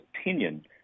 opinion